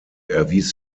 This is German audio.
erwies